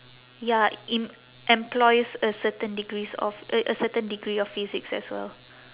ya it employs a certain degrees of uh a certain degree of physics as well